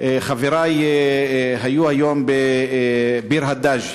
חברי היו היום בביר-הדאג'.